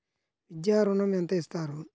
విద్యా ఋణం ఎంత ఇస్తారు?